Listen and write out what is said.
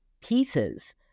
pieces